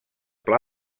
pla